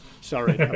sorry